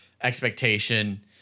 expectation